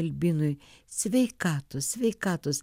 albinui sveikatos sveikatos